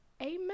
Amen